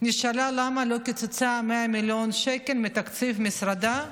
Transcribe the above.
נשאלה למה לא קיצצה 100 מיליון שקל מתקציב משרדה,